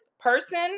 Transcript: person